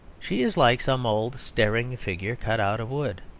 she is like some old staring figure cut out of wood.